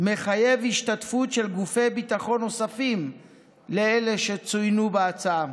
מחייב השתתפות של גופי ביטחון נוספים על אלה שצוינו בהצעה.